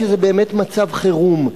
שזה באמת מצב חירום.